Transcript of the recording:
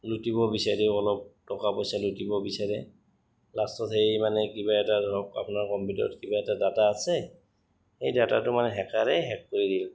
লুটিব বিচাৰে অলপ টকা পইচা লুটিব বিচাৰে লাষ্টত সেই মানে কিবা এটা ধৰক আপোনাৰ কম্পিউটাৰত কিবা এটা ডাটা আছে সেই ডাটাটো মানে হেকাৰেই হেক কৰি দিয়ে